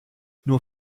nur